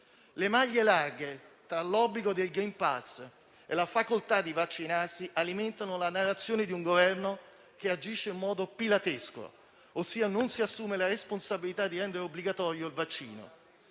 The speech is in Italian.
Le maglie larghe tra l'obbligo del *green pass* e la facoltà di vaccinarsi alimentano la narrazione di un Governo che agisce in modo pilatesco, ossia non si assume la responsabilità di rendere obbligatorio il vaccino.